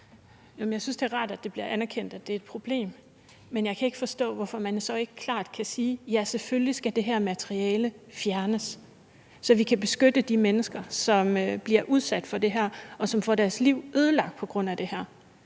Jeg synes, det er rart, at det bliver anerkendt, at det er et problem, men jeg kan ikke forstå, hvorfor man så ikke klart kan sige, at selvfølgelig skal det her materiale fjernes, så vi kan beskytte de mennesker, som bliver udsat for det her, og som får deres liv ødelagt på grund af det her.